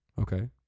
okay